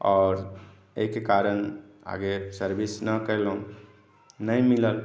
आओर एहिके कारण आगे सर्विस नहि केलहुँ नहि मिलल